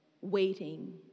waiting